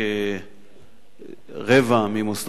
כרבע ממוסדות החינוך,